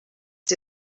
sie